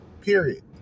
period